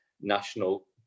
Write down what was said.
national